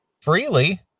freely